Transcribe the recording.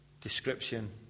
description